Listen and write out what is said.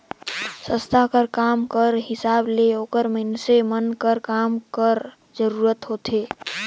संस्था कर काम कर हिसाब ले ओकर मइनसे मन कर काम कर जरूरत होथे